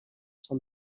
són